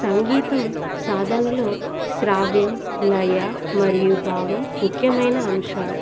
సంగీతం సాధనలో శ్రావ్యం లయ మరియు భావం ముఖ్యమైన అంశాలు